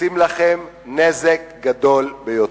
עושים לכם נזק גדול ביותר.